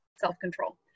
self-control